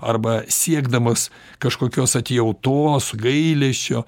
arba siekdamas kažkokios atjautos gailesčio